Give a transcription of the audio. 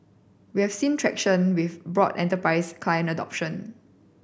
we have seen traction with broad enterprise client adoption